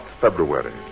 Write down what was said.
February